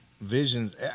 visions